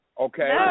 okay